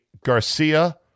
Garcia